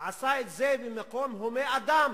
עשה את זה במקום הומה אדם